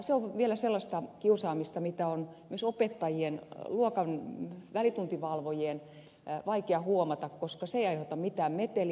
se on vielä sellaista kiusaamista mitä on myös opettajien välituntivalvojien vaikea huomata koska se ei aiheuta mitään meteliä